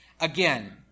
again